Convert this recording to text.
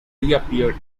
reappeared